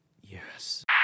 yes